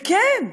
וכן,